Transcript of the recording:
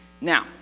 Now